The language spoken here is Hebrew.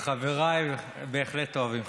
בהחלט אוהבים.